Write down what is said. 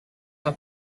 cup